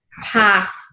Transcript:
path